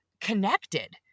connected